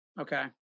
Okay